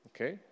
Okay